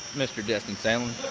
mr destin sandlin.